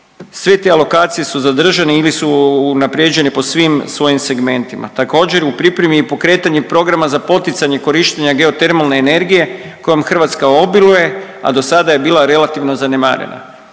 Sve te alokacije su zadržani ili su unaprijeđeni po svim svojim segmentima. Također u pripremi je i pokretanje programa za poticanje korištenja geotermalne energije kojom Hrvatska obiluje, a dosada je bila relativno zanemarena.